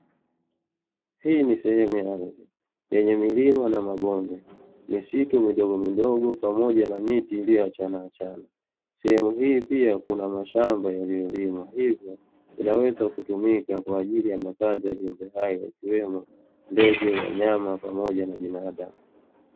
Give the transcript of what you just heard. Hii ni sehemu ya ardhi yenye milima na mabonge, misitu midogomidogo pamoja na miti iliyoachana achana. Sehemu hii pia kuna mashamba yaliyolimwa, hivyo yanaweza kutumika kwa ajili ya makazi ya viumbe hai ikiwemo ndege, wanyama pamoja na binadamu.